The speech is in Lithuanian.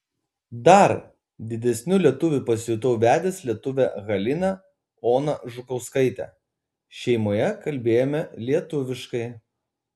dar didesniu lietuviu pasijutau vedęs lietuvę haliną oną žukauskaitę šeimoje kalbėjome lietuviškai